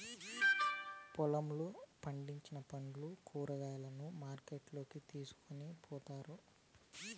పొలంలో పండిన పండ్లు, కూరగాయలను మార్కెట్ కి తీసుకొని పోతారు